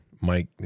Mike